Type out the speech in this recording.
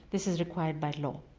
this is required by law.